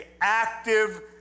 active